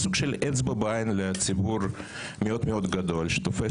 זה סוג של אצבע בעין לציבור מאוד מאוד גדול שתופס